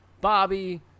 Bobby